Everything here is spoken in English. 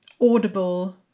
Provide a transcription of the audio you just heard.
audible